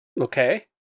Okay